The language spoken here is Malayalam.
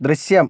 ദൃശ്യം